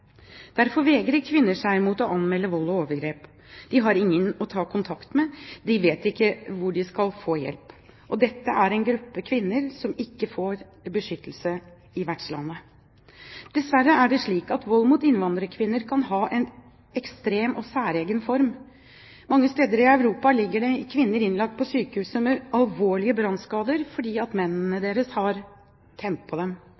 Derfor vegrer kvinner seg mot å anmelde vold og overgrep. De har ingen å ta kontakt med, og de vet ikke hvor de kan få hjelp. Dette er en gruppe kvinner som ikke får beskyttelse i vertslandet. Dessverre er det slik at vold mot innvandrerkvinner kan ha en ekstrem og særegen form. Mange steder i Europa ligger det kvinner innlagt på sykehus med alvorlige brannskader fordi mennene deres har tent på dem.